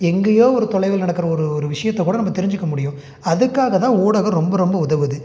எங்கையோ ஒரு தொலைவில் நடக்கிற ஒரு ஒரு விஷயத்தக்கூட நம்ப தெரிஞ்சுக்க முடியும் அதுக்காக தான் ஊடகம் ரொம்ப ரொம்ப உதவுது